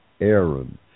Aaron